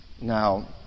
Now